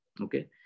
Okay